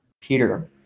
Peter